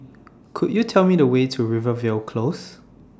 Could YOU Tell Me The Way to Rivervale Close